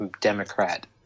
Democrat